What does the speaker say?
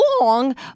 long